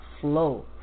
flow